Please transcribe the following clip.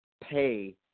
pay